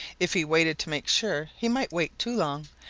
if he waited to make sure he might wait too long,